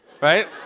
right